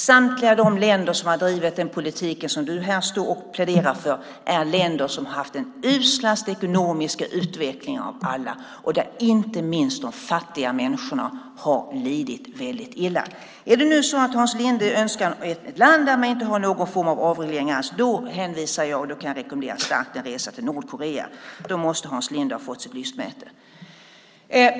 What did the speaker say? Samtliga länder som drivit den politik som du här pläderar för är länder som haft den uslaste ekonomiska utvecklingen av alla länder. Inte minst de fattiga människorna har där lidit väldigt illa. Om Hans Linde önskar sig ett land där det inte finns någon form av avregleringar hänvisar jag till och rekommenderar starkt en resa till Nordkorea. Där måste Hans Linde få sitt lystmäte.